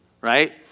right